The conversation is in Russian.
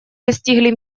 достигли